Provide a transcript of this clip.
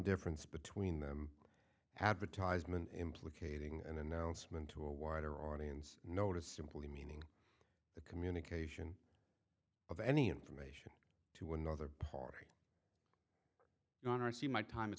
difference between them advertisement implicating an announcement to a wider audience no to simply meaning the communication of any information to another party on r c my time i